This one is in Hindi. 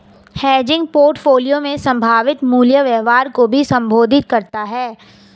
हेजिंग पोर्टफोलियो में संभावित मूल्य व्यवहार को भी संबोधित करता हैं